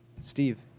steve